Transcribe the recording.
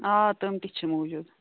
آ تِم تہِ چھِ موٗجوٗد